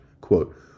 Quote